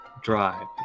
drive